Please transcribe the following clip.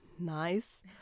Nice